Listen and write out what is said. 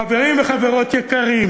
חברים וחברות יקרים,